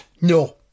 No